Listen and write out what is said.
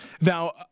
Now